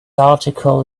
article